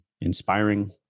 inspiring